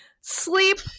sleep